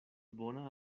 bona